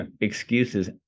excuses